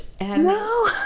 No